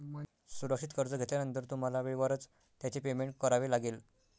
सुरक्षित कर्ज घेतल्यानंतर तुम्हाला वेळेवरच त्याचे पेमेंट करावे लागेल